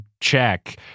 check